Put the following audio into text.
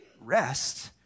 rest